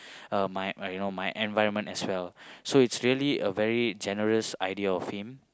uh my my own my environment as well so it's really a very generous idea of him